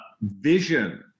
vision